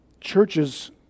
Churches